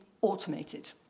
automated